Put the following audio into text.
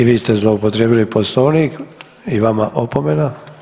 I vi ste zloupotrijebili Poslovnik i vama opomena.